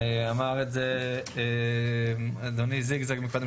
אמר את זה אדוני זיגזג מקודם,